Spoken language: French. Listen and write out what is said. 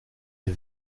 est